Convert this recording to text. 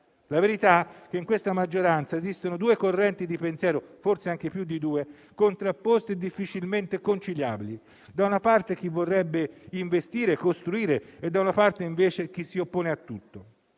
La verità è che nella maggioranza esistono due correnti di pensiero, forse anche più di due, contrapposte e difficilmente conciliabili: da una parte c'è chi vorrebbe investire e costruire e dall'altra chi invece si oppone a tutto.